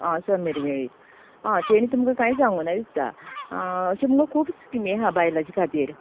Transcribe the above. आं समीर वेळीप आं तेणी तुमका कांय सांगूना दिसता अशीं मुगो खूब स्मिमी आह बायलांचे खातीर